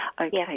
Okay